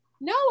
No